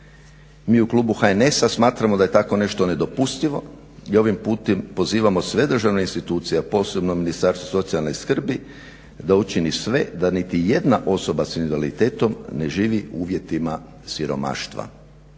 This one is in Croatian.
Mi u klubu HNS-a smatramo da je takvo nešto nedopustivo i ovim putem pozivamo sve državne institucije a posebno Ministarstvo socijalne skrbi da učini sve da niti jedna osoba s invaliditetom ne živi u uvjetima siromaštva.